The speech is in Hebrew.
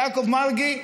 יעקב מרגי,